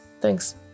Thanks